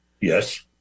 Yes